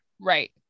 Right